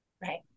Right